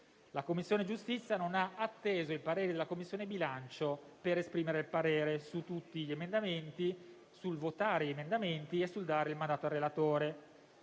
la Commissione giustizia non ha atteso il parere della Commissione bilancio per esprimere il parere su tutti gli emendamenti, li ha votati e ha dato mandato al relatore.